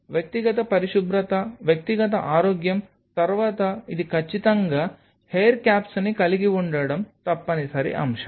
కాబట్టి వ్యక్తిగత పరిశుభ్రత వ్యక్తిగత ఆరోగ్యం తర్వాత ఇది ఖచ్చితంగా హెయిర్ క్యాప్స్ని కలిగి ఉండటం తప్పనిసరి అంశం